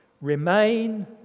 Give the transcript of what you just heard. Remain